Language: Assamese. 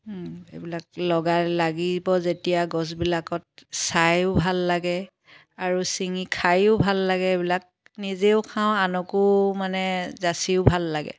এইবিলাক লগাই লাগিব যেতিয়া গছবিলাকত চাইয়ো ভাল লাগে আৰু ছিঙি খায়ো ভাল লাগে এইবিলাক নিজেও খাওঁ আনকো মানে যাচিও ভাল লাগে